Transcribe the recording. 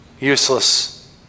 Useless